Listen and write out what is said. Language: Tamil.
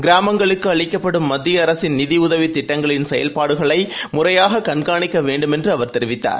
கிராமங்களுக்கு அளிக்கப்படும் மத்திய அரசின் நிதியுதவி திட்டங்களின் செயல்பாடுகளை முறையாக கண்காணிக்க வேண்டும் என்று அவர் தெரிவித்தார்